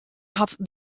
hat